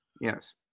yes